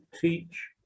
teach